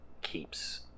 keeps